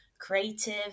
creative